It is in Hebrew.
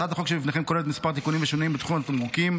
הצעת החוק שלפניכם כוללת כמה תיקונים ושינויים בתחום התמרוקים,